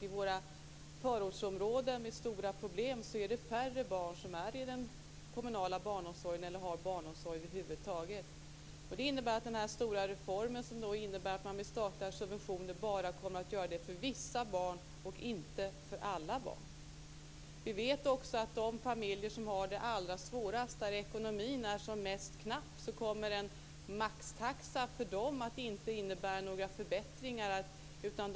I förortsområden med stora problem är det färre barn som finns i den kommunala barnomsorgen eller som har barnomsorg över huvud taget. Det innebär att denna stora reform, som skall genomföras med statliga subventioner, bara kommer att gälla vissa barn, inte alla barn. Vi vet också att den inte kommer att innebära några förbättringar för de familjer som har det allra svårast och som har den knappaste ekonomin.